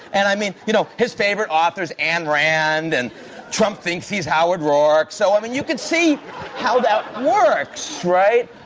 and, i mean, you know, his favorite author is ayn and rand and trump thinks he's howard roark. so, i mean, you could see how that works, right?